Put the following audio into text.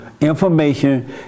information